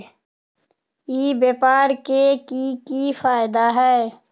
ई व्यापार के की की फायदा है?